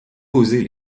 poser